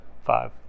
five